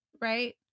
right